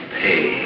pay